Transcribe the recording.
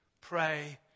pray